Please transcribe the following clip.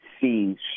see